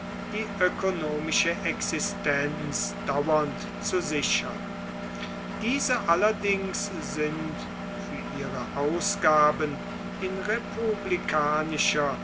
die ökonomische existenz dauernd zu sichern diese allerdings sind für ihre ausgaben in republikanischer